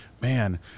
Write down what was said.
man